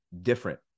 different